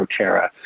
Proterra